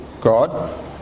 God